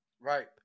Right